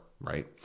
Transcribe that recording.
right